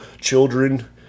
children